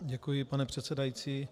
Děkuji, pane předsedající.